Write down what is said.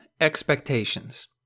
expectations